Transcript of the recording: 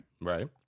Right